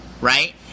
right